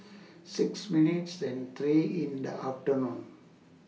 six minutes and three in The afternoon